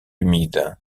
humide